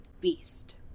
beast